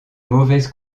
mauvaises